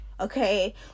okay